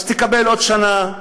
אז תקבל עוד שנה,